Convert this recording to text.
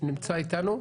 נמצא אתנו?